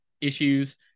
issues